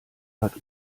hat